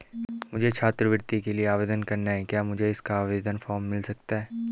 मुझे छात्रवृत्ति के लिए आवेदन करना है क्या मुझे इसका आवेदन फॉर्म मिल सकता है?